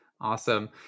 Awesome